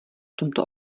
tomto